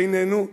בינינו.